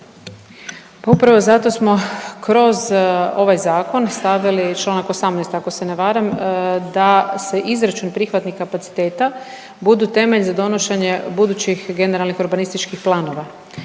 Upravo zato smo kroz ovaj zakon stavili čl. 18. ako se ne varam, da se izračuni prihvatnih kapaciteta budu temelj za donošenje budućih generalnih urbanističkih planova.